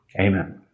Amen